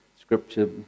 scripture